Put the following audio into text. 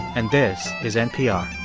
and this is npr